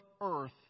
earth